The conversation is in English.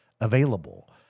available